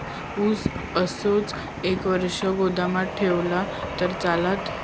ऊस असोच एक वर्ष गोदामात ठेवलंय तर चालात?